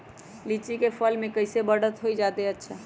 लिचि क फल म कईसे बढ़त होई जादे अच्छा?